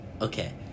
Okay